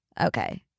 Okay